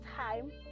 time